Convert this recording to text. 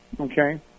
okay